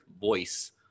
voice